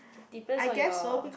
depends on your